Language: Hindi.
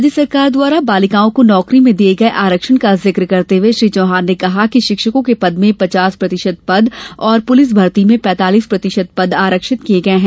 राज्य सरकार द्वारा बालिकाओं को नौकरी में दिये गये आरक्षण का जिक करते हुए श्री चौहान ने कहा कि शिक्षकों के पद में पचास प्रतिशत पद और पुलिस भर्ती में पैंतीस प्रतिशत पद आरक्षित किये गये हैं